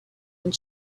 and